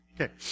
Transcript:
Okay